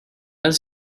does